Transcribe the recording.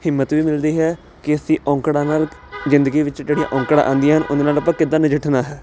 ਹਿੰਮਤ ਵੀ ਮਿਲਦੀ ਹੈ ਕਿ ਅਸੀਂ ਔਕੜਾਂ ਨਾਲ ਜ਼ਿੰਦਗੀ ਵਿੱਚ ਜਿਹੜੀਆਂ ਔਕੜਾਂ ਆਉਂਦੀਆਂ ਹਨ ਉਹਦੇ ਨਾਲ ਆਪਾਂ ਕਿੱਦਾਂ ਨਜਿੱਠਣਾ ਹੈ